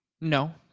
No